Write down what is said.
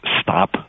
stop